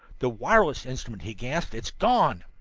the wireless instrument, he gasped. it's gone!